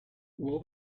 will